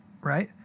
right